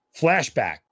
flashback